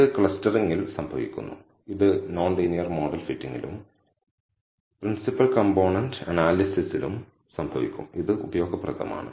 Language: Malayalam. ഇത് ക്ലസ്റ്ററിംഗിൽ സംഭവിക്കുന്നു ഇത് നോൺ ലീനിയർ മോഡൽ ഫിറ്റിംഗിലും പ്രിൻസിപ്പൽ കോംപോണന്റ് അനാലിസിലിലും സംഭവിക്കും ഇത് ഉപയോഗപ്രദമാണ്